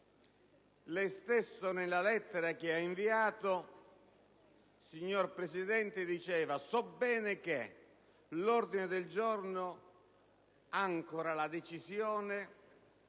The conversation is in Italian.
Lei stesso nella lettera che ha inviato, signor Presidente, diceva: «So bene che l'ordine del giorno àncora la decisione